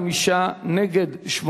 (רישום לנישואין של בני-זוג יהודים),